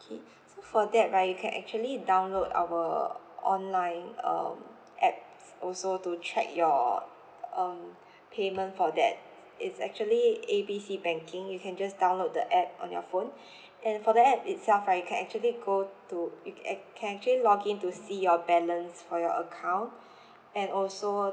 okay so for that right you can actually download our online um app also to check your um payment for that it's actually A B C banking you can just download the app on your phone and for that itself ah you can actually go to you uh can actually login to see your balance for your account and also